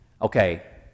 Okay